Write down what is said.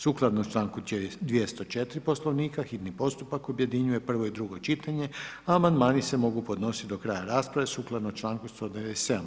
Sukladno čl. 204 Poslovnika hitni postupak objedinjuje prvo i drugo čitanje a amandmani se mogu podnositi do kraja rasprave sukladno članku 197.